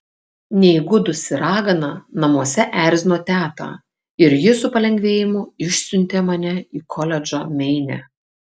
neįgudusi ragana namuose erzino tetą ir ji su palengvėjimu išsiuntė mane į koledžą meine